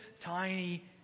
tiny